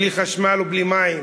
בלי חשמל ובלי מים?